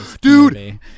dude